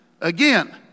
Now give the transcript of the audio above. Again